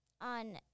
...on